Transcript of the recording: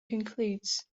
concludes